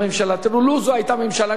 לו זו היתה ממשלה קטנה,